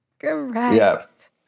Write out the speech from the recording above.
Correct